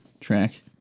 track